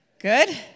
Good